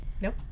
Nope